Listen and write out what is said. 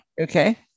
Okay